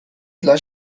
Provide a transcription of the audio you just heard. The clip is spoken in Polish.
dla